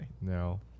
No